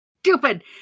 stupid